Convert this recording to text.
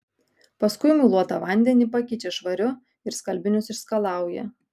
paskui muiluotą vandenį pakeičia švariu ir skalbinius išskalauja